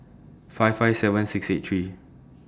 five five seven six eight three